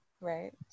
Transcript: right